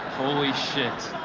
holy shit,